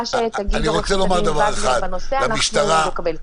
מה שתגיד עו"ד וגנר בנושא, אנחנו נקבל.